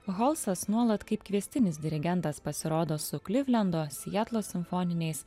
halsas nuolat kaip kviestinis dirigentas pasirodo su klivlendo sietlo simfoniniais